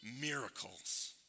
miracles